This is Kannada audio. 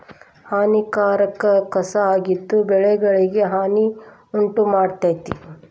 ಹಾನಿಕಾರಕ ಕಸಾ ಆಗಿದ್ದು ಬೆಳೆಗಳಿಗೆ ಹಾನಿ ಉಂಟಮಾಡ್ತತಿ